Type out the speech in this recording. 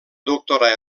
doctorar